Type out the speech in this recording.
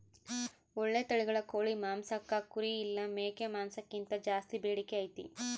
ಓಳ್ಳೆ ತಳಿಗಳ ಕೋಳಿ ಮಾಂಸಕ್ಕ ಕುರಿ ಇಲ್ಲ ಮೇಕೆ ಮಾಂಸಕ್ಕಿಂತ ಜಾಸ್ಸಿ ಬೇಡಿಕೆ ಐತೆ